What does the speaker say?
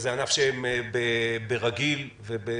זה ענף שבאופן רגיל מכניס,